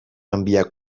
enviar